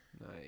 nice